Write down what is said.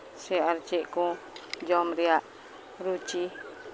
ᱥᱮ ᱟᱨ ᱪᱮᱫ ᱠᱚ ᱡᱚᱢ ᱨᱮᱭᱟᱜ ᱨᱩᱪᱤ